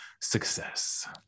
success